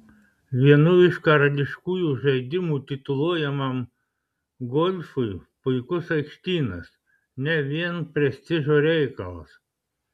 vienu iš karališkųjų žaidimų tituluojamam golfui puikus aikštynas ne vien prestižo reikalas